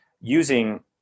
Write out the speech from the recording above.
using